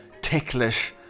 ticklish